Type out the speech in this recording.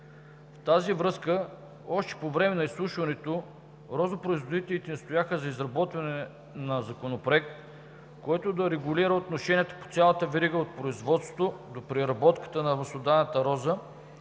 В тази връзка още по време на изслушването розопроизводителите настояха за изработване на законопроект, който да регулира отношенията по цялата верига – от производството до преработката на маслодайната роза,